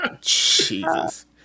Jesus